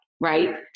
Right